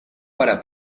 para